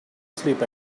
sleep